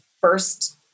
first